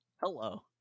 Hello